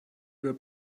were